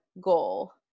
goal